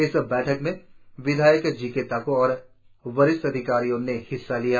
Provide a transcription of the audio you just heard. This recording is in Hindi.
इस बैठक में विधायक जिक्के ताको और वरिष्ठ अधिकारियों ने हिस्सा लिया